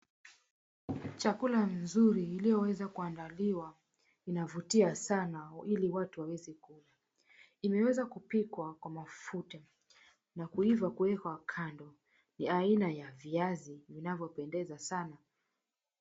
Chakula mzuri iliyoweza kuandaliwa inavutia sana ili watu waweze kula. Imeweza kupikwa kwa mafuta na kuiva kuwekwa kando. Ni aina ya viazi vinavyopendeza sana.